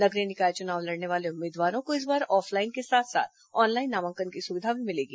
नगरीय निकाय चुनाव लड़ने वाले उम्मीदवारों को इस बार ऑफलाइन के साथ साथ ऑनलाइन नामांकन की सुविधा भी मिलेगी